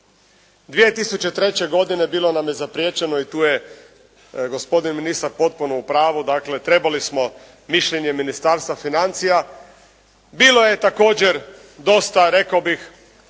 2003. godine bilo nam je zapriječeno i tu je gospodin ministar potpuno u pravu. Dakle, trebali smo mišljenje Ministarstva financija. Bilo je također dosta rekao bih